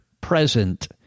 present